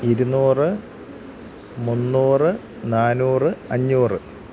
ഇരുന്നൂറ് മുന്നൂറ് നാനൂറ് അഞ്ഞൂറ്